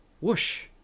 Whoosh